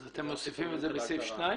אז אתם מוסיפים את זה בסעיף 2?